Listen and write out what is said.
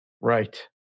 Right